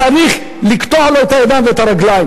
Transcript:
שצריך לעשות בה רפורמות,